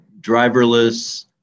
driverless